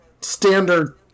standard